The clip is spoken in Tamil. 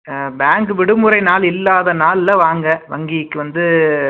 பேங்க்கு விடுமுறை நாள் இல்லாத நாளில் வாங்க வங்கிக்கு வந்து